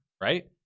right